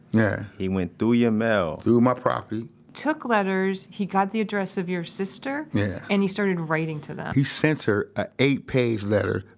yeah he went through your mail, through my property took letters. he got the address of your sister? yeah and he started writing to them he sent her an eight page later,